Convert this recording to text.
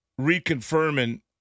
reconfirming